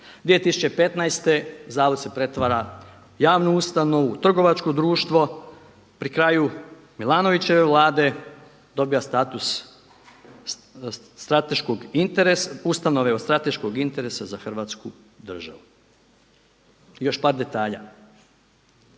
2015. zavod se pretvara u javnu ustanovu, u trgovačko društvo pri kraju Milanovićeve Vlade dobija status ustanove od strateškog interesa za Hrvatsku državu. I još par detalja.